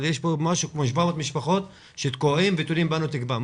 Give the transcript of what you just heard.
אבל יש פה כ-700 משפחות שתקועות ותולות בנו תקווה.